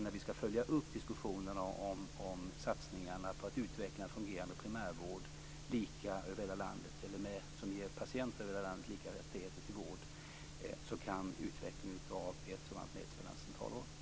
När vi ska följa upp diskussionerna om satsningarna på att utveckla en fungerande primärvård som ger patienter över hela landet lika rättigheter till vård kan utvecklingen av ett sådant här nät spela en central roll.